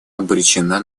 обречена